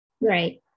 right